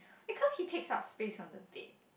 because it takes up space on the bed